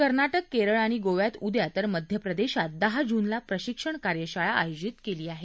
कर्नाटक केरळ आणि गोव्यात उद्या तर मध्य प्रदेशात दहा जूनला प्रशिक्षण कार्यशाळा आयोजित केली आहे